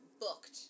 booked